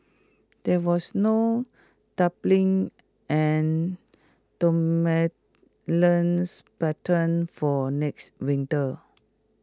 there was no and dominants pattern for next winter